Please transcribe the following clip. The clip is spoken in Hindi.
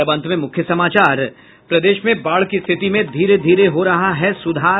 और अब अंत में मुख्य समाचार प्रदेश में बाढ़ की स्थिति में धीरे धीरे हो रहा है सुधार